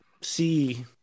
see